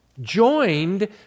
Joined